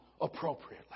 appropriately